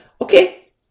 okay